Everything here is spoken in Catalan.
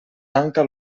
tanca